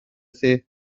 thi